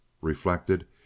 reflected